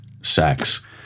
sex